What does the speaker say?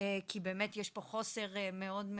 וטוב שהיא איתנו גם פה.